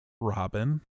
Robin